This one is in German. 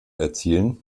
erzielen